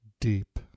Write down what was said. Deep